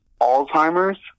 Alzheimer's